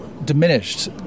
Diminished